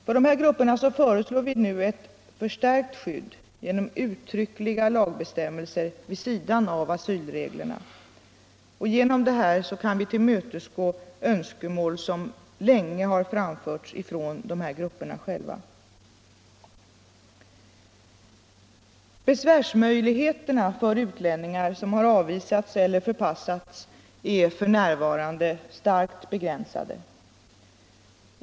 För dessa grupper föreslås nu ett förstärkt skydd genom uttryckliga lagbestämmelser vid sidan av asylreglerna. Man tillmötesgår därmed önskemål som länge framförts just från dessa grupper själva. är f. n. starkt begränsade.